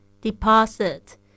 deposit